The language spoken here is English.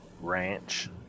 Ranch